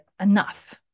enough